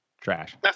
trash